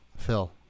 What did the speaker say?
Phil